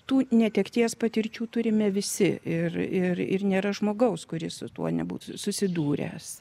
tų netekties patirčių turime visi ir ir ir nėra žmogaus kuris su tuo nebūtų susidūręs